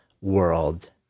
world